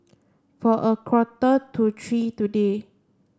for a quarter to three today